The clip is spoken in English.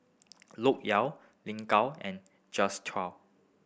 Loke Yew Lin Gao and Jules Itier